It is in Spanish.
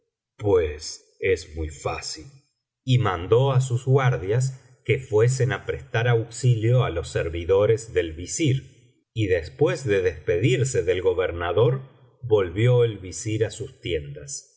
pues es muy fácil y mandó á sus guardias que fuesen á prestar auxilio á los servido biblioteca valenciana generalitat valenciana i historia del visir nueeddin d res del visir y después de despedirse del gobernador volvió el visir á sus tiendas